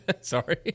Sorry